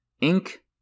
Ink